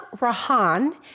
Rahan